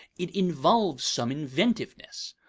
it involves some inventiveness.